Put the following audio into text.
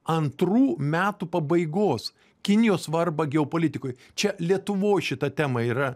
antrų metų pabaigos kinijos svarbą geopolitikoj čia lietuvoj šita tema yra